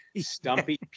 Stumpy